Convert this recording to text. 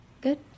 Good